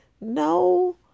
no